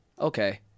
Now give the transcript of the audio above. okay